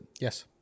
Yes